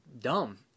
dumb